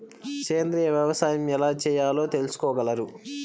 సేంద్రీయ వ్యవసాయం ఎలా చేయాలో తెలుపగలరు?